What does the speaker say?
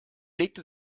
legte